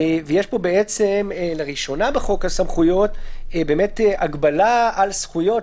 ויש פה לראשונה בחוק הסמכויות הגבלה על זכויות,